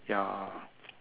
ya